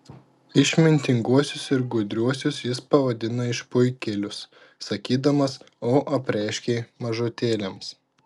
išmintinguosius ir gudriuosius jis pavadina išpuikėlius sakydamas o apreiškei mažutėliams